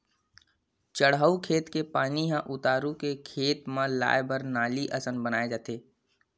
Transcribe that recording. चड़हउ खेत के पानी ह उतारू के खेत म लाए बर नाली असन बनाए जाथे